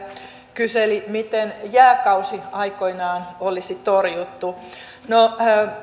kyseli miten jääkausi aikoinaan olisi torjuttu no